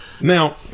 Now